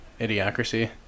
Idiocracy